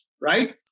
right